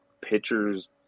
Pitchers